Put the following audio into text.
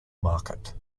market